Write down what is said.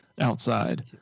outside